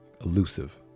elusive